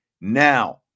Now